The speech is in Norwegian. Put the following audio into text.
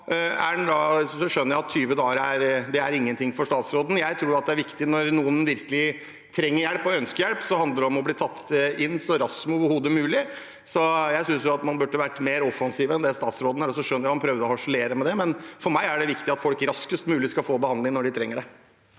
Så skjønner jeg at tjue dager er ingenting for statsråden. Jeg tror det er viktig at når noen virkelig trenger hjelp og ønsker hjelp, handler det om å bli tatt inn så raskt som overhodet mulig, så jeg synes at man burde vært mer offensiv enn det statsråden er. Jeg skjønner at han prøvde å harselere med det, men for meg er det viktig at folk raskest mulig skal få behandling når de trenger det.